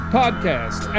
podcast